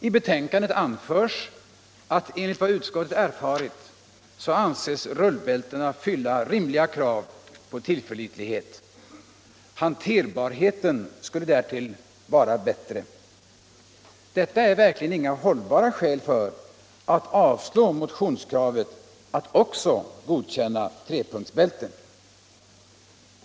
I betänkandet anförs att enligt vad utskottet erfarit anses rullbältena fylla rimliga krav på tillförlitlighet. Hanterbarheten skulle därtill vara bättre. Detta är verkligen inga hållbara skäl för att avstyrka motionskravet att också trepunktsbälten skall godkännas.